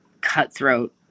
cutthroat